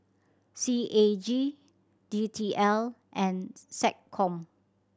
C A G D T L and SecCom